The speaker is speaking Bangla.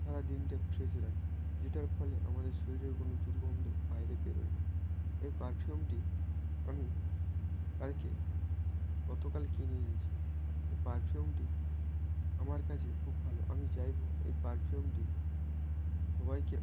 সারা দিনটা ফ্রেশই রাখে যেটার ফলে আমাদের শরীরেও কোনো দুর্গন্ধ বাইরে বেরোয় না এই পারফিউমটি আমি কালকে গতকাল কিনে এনেছি এই পারফিউমটি আমার কাছে খুব ভালো আমি চাইবো এই পারফিউমটি সবাইকে